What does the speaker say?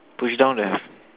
push down don't have